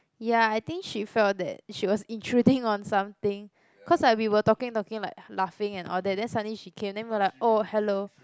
ya I think she felt that she was intruding on something cause like we were talking talking like laughing and all that then suddenly she came and we were like oh hello